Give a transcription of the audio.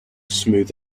smooth